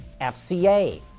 FCA